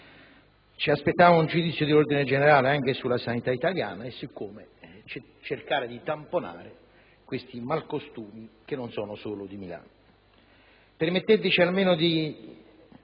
Ci aspettavamo un giudizio di ordine generale anche sulla sanità italiana e su come cercare di tamponare questi malcostumi che non sono solo di Milano. Permetteteci almeno,